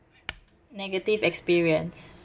negative experience